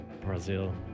Brazil